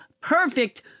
perfect